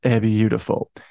beautiful